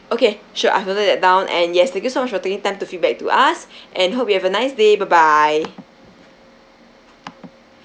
okay sure I've noted that down and yes thank you so much for taking time to feedback to us and hope you have a nice day bye bye